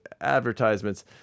advertisements